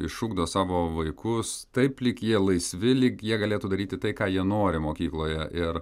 išugdo savo vaikus taip lyg jie laisvi lyg jie galėtų daryti tai ką jie nori mokykloje ir